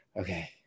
okay